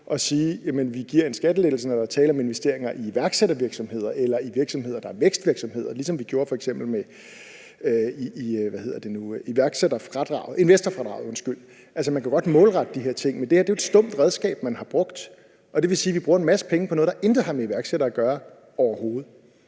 at sige: Vi giver en skattelettelse, når der er tale om investeringer i iværksættervirksomheder eller i virksomheder, der er vækstvirksomheder, ligesom som vi f.eks. gjorde med investorfradraget? Altså, man kan jo godt målrette de her ting, men det er et et stumpt redskab, man har brugt her, og det vil sige, at man har brugt en masse penge på noget, der intet har med iværksætteri at gøre, overhovedet.